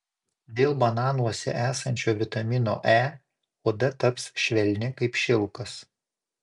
dėl bananuose esančio vitamino e oda taps švelni kaip šilkas